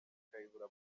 kayihura